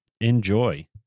Enjoy